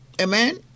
Amen